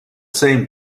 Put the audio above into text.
same